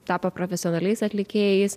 tapo profesionaliais atlikėjais